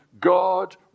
God